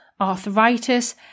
arthritis